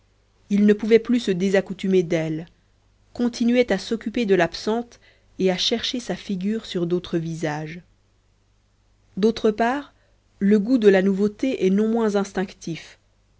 il ne pouvait plus se désaccoutumer d'elle continuait à s'occuper de l'absente et à chercher sa figure sur d'autres visages d'autre part le goût de la nouveauté est non moins instinctif